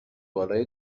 بالا